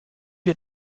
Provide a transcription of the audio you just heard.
wir